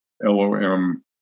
LOM